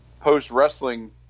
post-wrestling